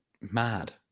mad